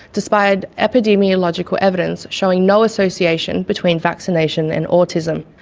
despite epidemiological evidence showing no association between vaccination and autism.